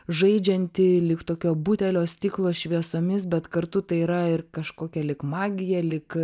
žaidžianti lyg tokio butelio stiklo šviesomis bet kartu tai yra ir kažkokia lyg magija lyg